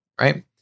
right